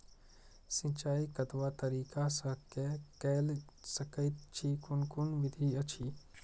सिंचाई कतवा तरीका स के कैल सकैत छी कून कून विधि अछि?